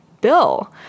bill